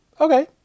Okay